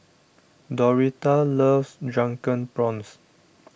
Doretha loves Drunken Prawns